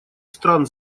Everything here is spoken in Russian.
стран